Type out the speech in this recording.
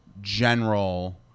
general